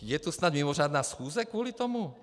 Je tu snad mimořádná schůze kvůli tomu?